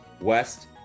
west